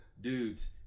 dudes